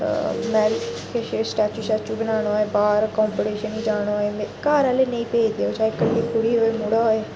अ में बी किश स्टैचू शैचू बनाना होए बाह्र कोंपिटेशन गी जाना होऐ घर आह्ले नेईं भेजदे ओह् चाहें कल्ली कुड़ी होऐ मुड़ा होऐ